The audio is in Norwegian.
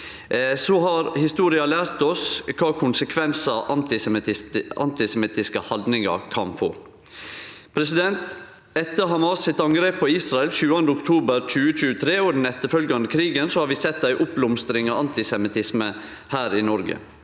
har historia lært oss kva konsekvensar antisemittiske haldningar kan få. Etter Hamas sitt angrep på Israel 7. oktober 2023 og den etterfølgjande krigen har vi sett ei oppblomstring av antisemittisme her i Noreg.